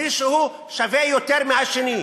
מי שהוא שווה יותר מהשני.